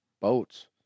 boats